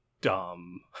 dumb